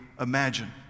imagine